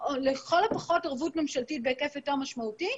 לתת ערבות ממשלתית בהיקף יותר משמעותי,